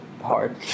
hard